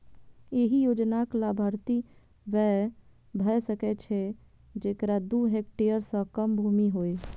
एहि योजनाक लाभार्थी वैह भए सकै छै, जेकरा दू हेक्टेयर सं कम भूमि होय